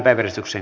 asia